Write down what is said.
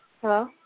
Hello